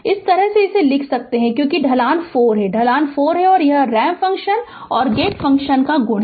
इस तरह से लिख सकते हैं क्योंकि ढलान 4 है ढलान 4 है और यह रैंप फ़ंक्शन और गेट फ़ंक्शन का गुण है